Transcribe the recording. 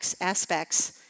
aspects